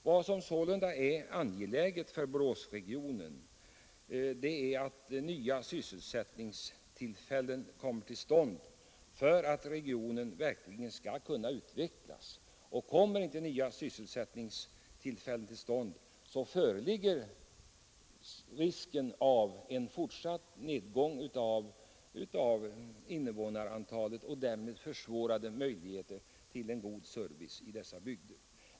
Vad som sålunda är angeläget för Boråsregionen är att nya sysselsättningstillfällen kommer till stånd för att regionen skall kunna utvecklas. Kommer inte nya sysselsättningstillfällen till stånd, så föreligger risk för fortsatt nedgång av invånarantalet och därmed försvårade möjligheter till en god service i dessa bygder.